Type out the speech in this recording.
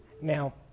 Now